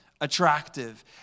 attractive